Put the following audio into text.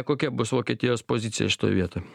kokia bus vokietijos pozicija šitoj vietoj